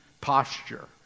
posture